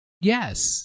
yes